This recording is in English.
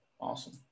Awesome